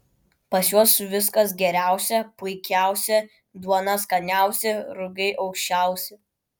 pas juos viskas geriausia puikiausia duona skaniausia rugiai aukščiausi